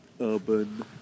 urban